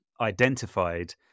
identified